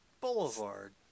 Boulevard